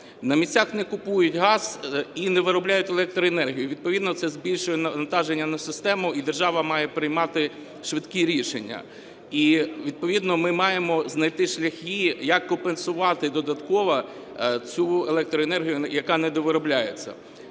На місцях не купують газ і не виробляють електроенергію, відповідно це збільшує навантаження на систему, і держава має приймати швидкі рішення, і відповідно ми маємо знайти шляхи, як компенсувати додатково цю електроенергію, яка недовиробляється.